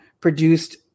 produced